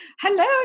hello